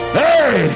hey